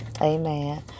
Amen